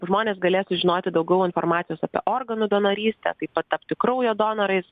žmonės galės sužinoti daugiau informacijos apie organų donorystę kaip patapti kraujo donorais